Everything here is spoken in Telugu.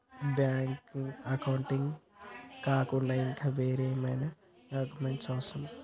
బ్యాంక్ అకౌంట్ కాకుండా ఇంకా వేరే ఏమైనా డాక్యుమెంట్స్ అవసరమా?